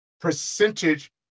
percentage